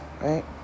right